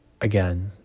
again